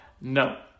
No